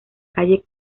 calle